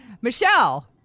Michelle